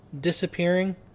disappearing